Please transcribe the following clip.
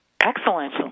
Excellent